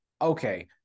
okay